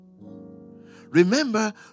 Remember